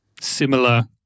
similar